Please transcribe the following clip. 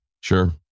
Sure